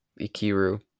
Ikiru